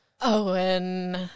Owen